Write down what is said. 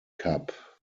cup